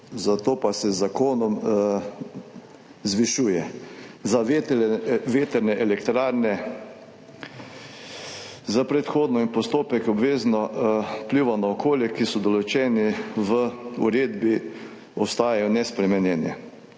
zato pa se z zakonom zvišuje. Za vetrne elektrarne predhodni postopek presoje vplivov na okolje, ki so določeni v uredbi, ostaja nespremenjen.